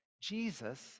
Jesus